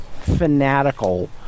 fanatical